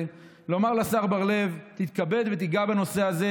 ולומר לשר בר לב: תתכבד ותיגע בנושא הזה,